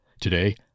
Today